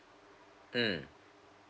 mm